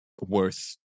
worth